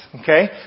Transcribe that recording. okay